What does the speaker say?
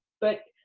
but,